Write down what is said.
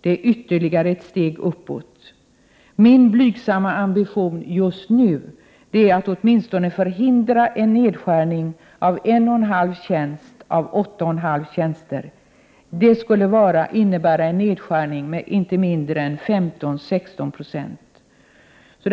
det är ytterligare ett steg uppåt. Min blygsamma ambition just nu är att åtminstone förhindra en nedskärning av en och en halv tjänster av åtta och en halv befintliga tjänster. Detta skulle innebära en nedskärning motsvarande inte mindre än 15—16 9.